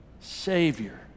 Savior